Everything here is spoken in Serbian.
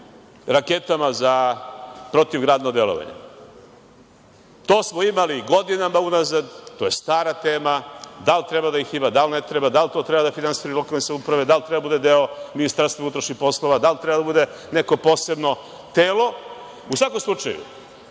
raketama za protivgradno delovanje. To smo imali godinama unazad. To je stara tema da li treba da ih ima, da li ne treba, da li to treba da finansiraju lokalne samouprave, da li treba da bude deo MUP, da li treba da bude neko posebno telo. U svakom slučaju,